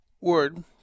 word